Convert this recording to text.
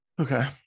Okay